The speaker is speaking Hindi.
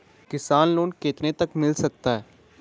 किसान लोंन कितने तक मिल सकता है?